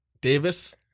Davis